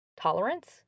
tolerance